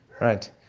right